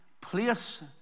place